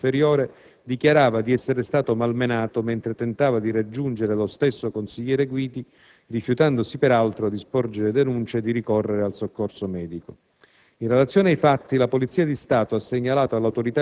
Il secondo, che presentava una leggera tumefazione al labbro inferiore, dichiarava di essere stato malmenato mentre tentava di raggiungere lo stesso consigliere Guidi, rifiutandosi peraltro di sporgere denuncia e di ricorrere al soccorso medico.